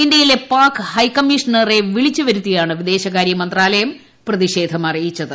ഇന്ത്യയിലെ പാക് ഹൈക്കമ്മീഷണറെ വിളിച്ചുവരുത്തിയാണ് വിദേശകാര്യമന്ത്രാലയം പ്രതിഷേധം അറിയിച്ചത്